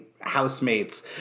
housemates